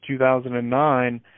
2009